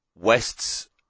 Wests